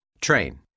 TRAIN